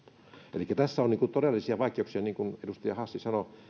elikkä tässä on todellisia vaikeuksia niin kuin edustaja hassi sanoi koska